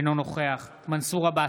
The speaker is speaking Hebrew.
אינו נוכח מנסור עבאס,